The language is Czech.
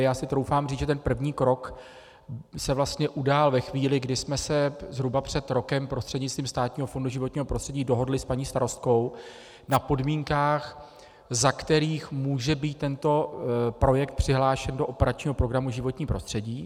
Já si troufám říci, že ten první krok se vlastně udál ve chvíli, kdy jsme se zhruba před rokem prostřednictvím Státního fondu životního prostředí dohodli s paní starostkou na podmínkách, za kterých může být tento projekt přihlášen do operačního programu Životní prostředí.